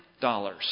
dollars